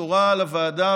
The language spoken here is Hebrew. הבשורה על הוועדה,